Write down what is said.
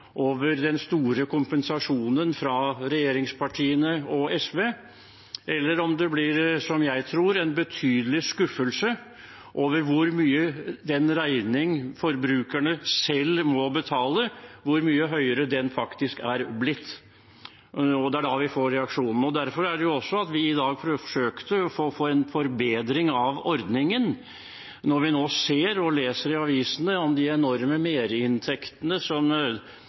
over den store kompensasjonen fra regjeringspartiene og SV, eller om det blir, som jeg tror, en betydelig skuffelse over hvor mye høyere den regningen forbrukerne selv må betale, faktisk er blitt. Det er da vi får reaksjonene. Det er jo også derfor vi i dag forsøkte å få en forbedring av ordningen, når vi nå ser og leser i avisene om de enorme merinntektene som